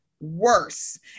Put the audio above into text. worse